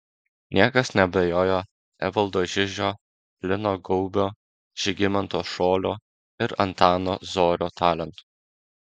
niekas neabejojo evaldo žižio lino gaubio žygimanto šolio ir antano zorio talentu